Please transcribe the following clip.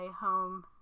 home